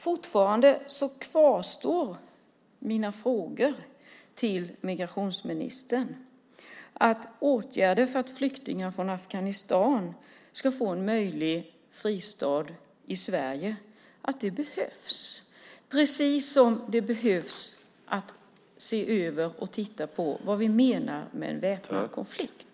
Fortfarande kvarstår alltså mina frågor till migrationsministern om att åtgärder för att flyktingar från Afghanistan ska få en möjlig fristad i Sverige behövs, precis som vi behöver se över vad vi menar med "väpnad konflikt".